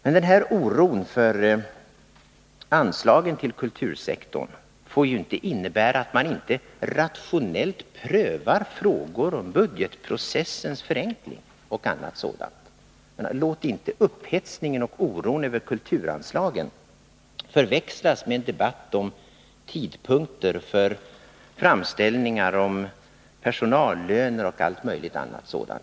Men den här oron för anslagen till kultursektorn får inte innebära att man inte rationellt prövar frågor om budgetprocessens förenkling och annat sådant. Låt inte upphetsningen och oron över kulturanslagen förväxlas med en debatt om tidpunkter för framställningar om personallöner och allt möjligt annat.